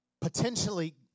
Potentially